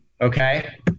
okay